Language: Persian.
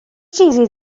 چیزی